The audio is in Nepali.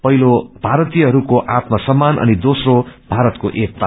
पछिलो भारतीयहरूको आत्म सम्मान अनि योस्रो भारतको एकता